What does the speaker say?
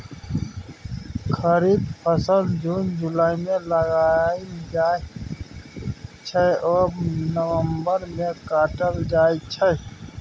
खरीफ फसल जुन जुलाई मे लगाएल जाइ छै आ नबंबर मे काटल जाइ छै